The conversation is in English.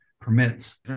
permits